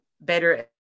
better